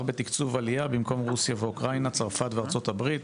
בתקצוב עלייה: במקום רוסיה ואוקראינה צרפת וארצות הברית".